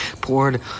poured